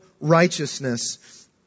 righteousness